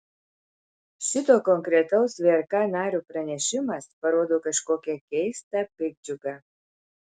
šito konkretaus vrk nario pranešimas parodo kažkokią keistą piktdžiugą